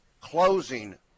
closing